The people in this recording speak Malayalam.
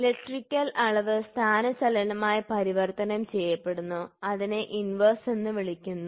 ഇലക്ട്രിക്കൽ അളവ് സ്ഥാനചലനമായി പരിവർത്തനം ചെയ്യപ്പെടുന്നു അതിനെ ഇൻവെർസ് എന്ന് വിളിക്കുന്നു